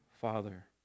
father